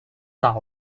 早熟